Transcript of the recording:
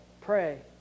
pray